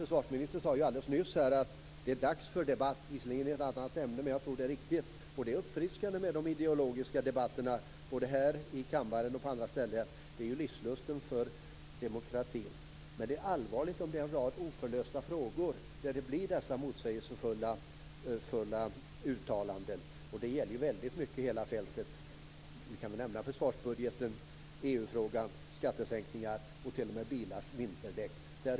Försvarsministern sade alldeles nyss att det är dags för debatt. Visserligen gällde det ett annat ämne, men det är riktigt. Det är uppfriskande med de ideologiska debatterna både här i kammaren och på andra ställen. Det är livslusten för demokratin. Men det är allvarligt om det finns en rad oförlösta frågor där det blir motsägelsefulla uttalanden. Det gäller hela fältet. Vi kan nämna försvarsbudgeten, EU-frågan, skattesänkningar och t.o.m. bilars vinterdäck.